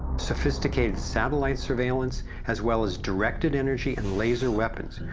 sophisticated satellite surveillance as well as directed energy and laser weapons,